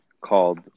called